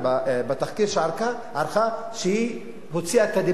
שבתחקיר שערכה היא הוציאה את הדיבה.